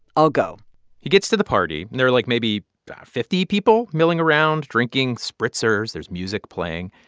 i'll go he gets to the party, there are, like, maybe fifty people milling around, drinking spritzers. there's music playing.